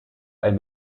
ein